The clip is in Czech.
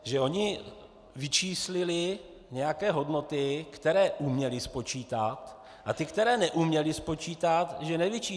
Že oni vyčíslili nějaké hodnoty, které uměli spočítat, a ty, které neuměli spočítat, že nevyčíslí.